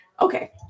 Okay